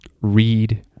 read